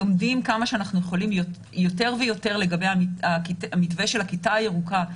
לומדים כמה שאנחנו יכולים יותר ויותר לגבי המתווה של הכיתה ירוקה,